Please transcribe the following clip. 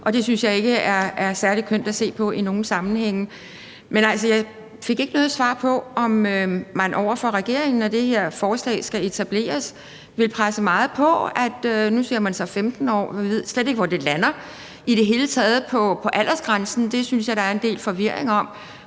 Det synes jeg ikke er særlig kønt at se på i nogen sammenhænge. Men jeg fik ikke noget svar på, om man over for regeringen, når det her forslag skal etableres, vil presse meget på. Nu siger man så 15 år, men vi ved slet ikke, hvor det lander. I det hele taget synes jeg, der er en del forvirring om